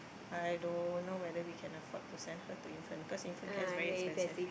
I don't know whether we can afford to send her to infant cause infant care's very expensive